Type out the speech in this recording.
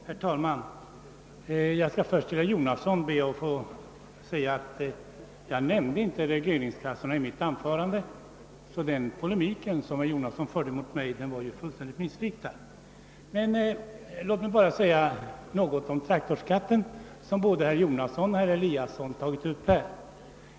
Herr talman! Jag skall först be att få säga till herr Jonasson att jag inte nämnde regleringskassorna i mitt anförande. Den polemik herr Jonasson förde mot mig var alltså fullständigt missriktad. Låt mig bara få säga något om traktorskatten, som både herr Jonasson och herr Eliasson i Moholm tagit upp här.